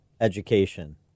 education